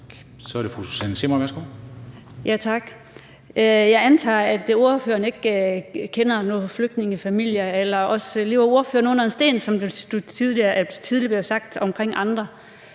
Kl. 16:50 Susanne Zimmer (UFG): Tak. Jeg antager, at ordføreren ikke kender nogen flygtningefamilier, eller også lever ordføreren under en sten, som det tidligere blev sagt om andre.